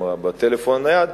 בטלפון הנייד,